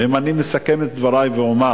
ואם אני מסכם את דברי, אומר,